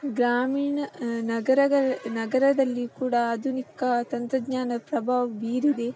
ಗ್ರಾಮೀಣ ನಗರಗಳು ನಗರದಲ್ಲಿ ಕೂಡ ಆಧುನಿಕ ತಂತ್ರಜ್ಞಾನ ಪ್ರಭಾವ ಬೀರಿದೆ